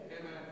Amen